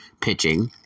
pitching